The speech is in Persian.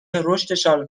رشدشان